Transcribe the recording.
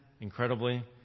incredibly